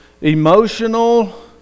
emotional